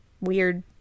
weird